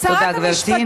שרת המשפטים, תודה, גברתי.